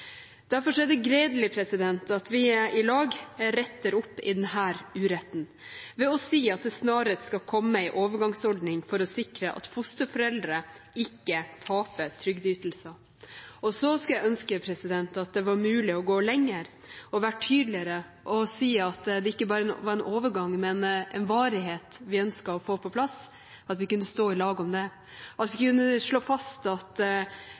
er det gledelig at vi i lag retter opp denne uretten ved å si at det snarest skal komme en overgangsordning for å sikre at fosterforeldre ikke taper trygdeytelser. Jeg skulle ønske at det var mulig å gå lenger, være tydeligere og si at det ikke bare er en overgang, men en varighet vi ønsker å få på plass, at vi kunne stå i lag om det, at vi kunne slå fast at